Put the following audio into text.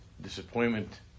disappointment